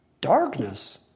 darkness